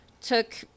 Took